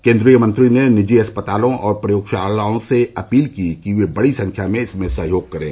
केंद्रीय मंत्री ने निजी अस्पतालों और प्रयोगशालाओं से अपील की कि वे बड़ी संख्या में इसमें सहयोग करें